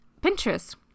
Pinterest